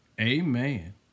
amen